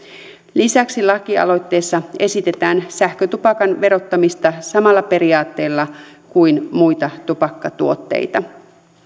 lisäksi lakialoitteessa esitetään sähkötupakan verottamista samalla periaatteella kuin muita tupakkatuotteita